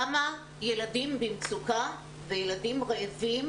כמה ילדים במצוקה וילדים רעבים